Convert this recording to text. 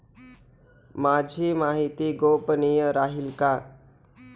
माझी माहिती गोपनीय राहील का?